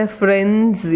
friends